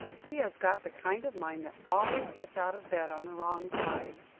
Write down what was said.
he has got the kind of mind that always gets out of bed on the wrong side.